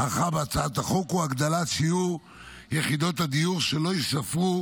ערכה בהצעת החוק הוא הגדלת שיעור יחידות הדיור שלא ייספרו